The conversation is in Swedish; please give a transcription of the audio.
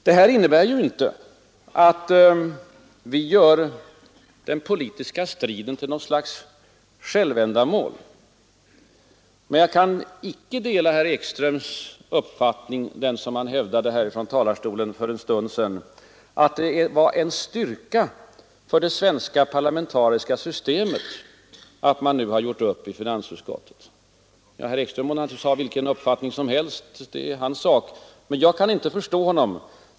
Det här innebär inte att vi gör den politiska striden till något slags självändamål. Men jag kan icke dela herr Ekströms uppfattning, som han hävdade från talarstolen för en stund sedan, att det är ”en styrka för det svenska parlamentariska systemet” att man nu gjort upp i finansut skottet. Herr Ekström må naturligtvis ha vilken uppfattning som helst, men jag kan inte förstå honom.